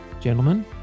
gentlemen